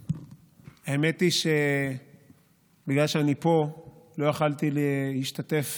האמת היא שבגלל שאני פה, לא יכולתי להשתתף